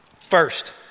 First